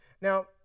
Now